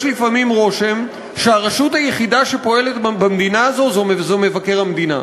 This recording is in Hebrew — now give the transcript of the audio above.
יש לפעמים רושם שהרשות היחידה שפועלת במדינה הזאת זה מבקר המדינה.